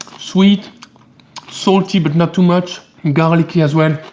sweet salty, but not too much. garlicky as well.